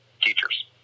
teachers